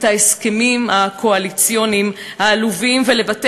את ההסכמים הקואליציוניים העלובים ולוותר